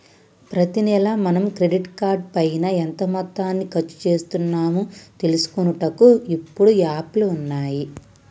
ప్రతి నెల మనం క్రెడిట్ కార్డు పైన ఎంత మొత్తాన్ని ఖర్చు చేస్తున్నాము తెలుసుకొనుటకు ఇప్పుడు యాప్లు ఉన్నాయి